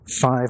five